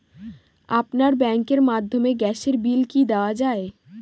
আপনার ব্যাংকের মাধ্যমে গ্যাসের বিল কি দেওয়া য়ায়?